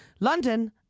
London